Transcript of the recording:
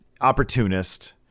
Opportunist